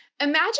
Imagine